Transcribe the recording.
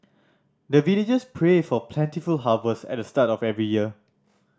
the villagers pray for plentiful harvest at the start of every year